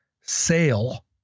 sale